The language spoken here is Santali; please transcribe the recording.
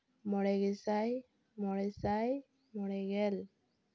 ᱢᱚᱬᱮ ᱜᱮᱥᱟᱭ ᱢᱚᱬᱮ ᱥᱟᱭ ᱢᱚᱬᱮᱜᱮᱞ